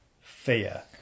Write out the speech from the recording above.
fear